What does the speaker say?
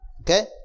Okay